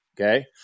Okay